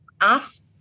ask